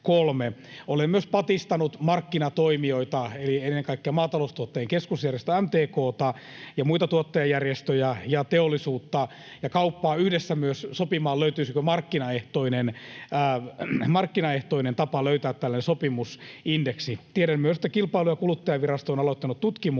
Olen myös patistanut markkinatoimijoita eli ennen kaikkea Maataloustuottajien keskusjärjestö MTK:ta ja muita tuottajajärjestöjä ja teollisuutta ja kauppaa yhdessä myös sopimaan, löytyisikö markkinaehtoinen tapa löytää tällainen sopimusindeksi. Tiedän myös, että Kilpailu- ja kuluttajavirasto on aloittanut tutkimuksen